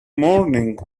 morning